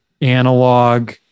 analog